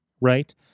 Right